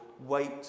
Wait